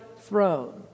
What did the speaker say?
throne